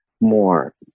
more